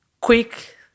quick